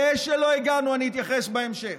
זה שלא הגענו, אני אתייחס בהמשך.